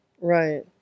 right